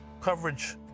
Coverage